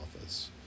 office